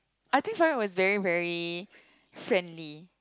I think Farouk was very very friendly